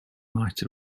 might